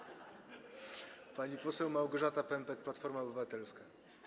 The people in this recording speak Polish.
Pani poseł Małgorzata Pępek, Platforma Obywatelska.